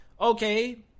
Okay